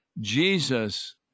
Jesus